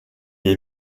est